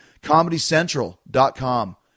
ComedyCentral.com